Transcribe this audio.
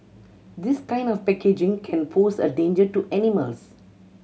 this kind of packaging can pose a danger to animals